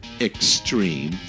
extreme